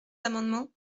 amendements